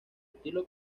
estilo